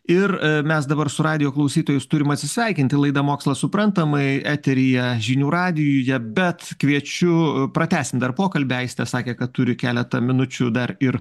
ir mes dabar su radijo klausytojais turim atsisveikinti laida mokslas suprantamai eteryje žinių radijuje bet kviečiu pratęsim dar pokalbį aistė sakė kad turi keletą minučių dar ir